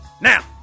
Now